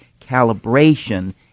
calibration